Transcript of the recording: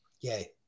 Yay